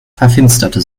verfinsterte